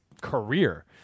career